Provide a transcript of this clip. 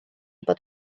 bod